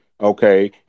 Okay